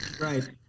Right